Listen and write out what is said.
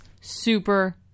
Super